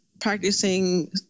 practicing